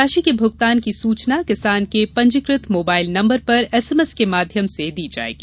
राशि के भुगतान की सूचना किसान के पंजीकृत मोबाइल नम्बर पर एसएमएस के माध्यम से दी जायेगी